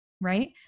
right